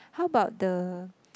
how about the